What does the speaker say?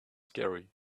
scary